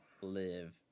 Live